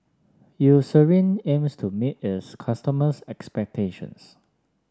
Eucerin aims to meet its customers' expectations